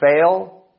fail